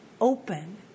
open